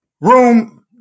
room